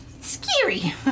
scary